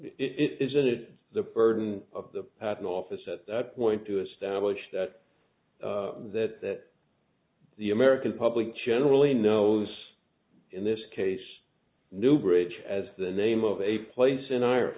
it isn't it the burden of the patent office at that point to establish that that that the american public generally knows in this case new bridge as the name of a place